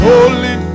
Holy